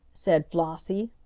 said flossie.